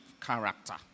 character